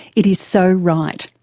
it is so right.